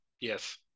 Yes